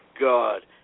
God